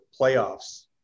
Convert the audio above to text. playoffs